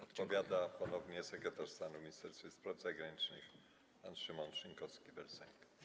Odpowiada ponownie sekretarz stanu w Ministerstwie Spraw Zagranicznych pan Szymon Szynkowski vel Sęk.